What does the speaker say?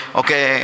okay